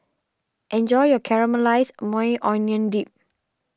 enjoy your Caramelized Maui Onion Dip